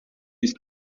ist